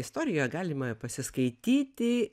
istorijo galima pasiskaityti